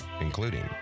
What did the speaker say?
including